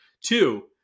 Two